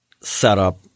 setup